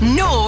no